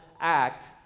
act